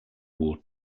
war